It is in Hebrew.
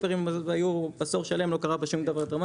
בסופרים עשור שלם לא קרה שום דבר דרמטי.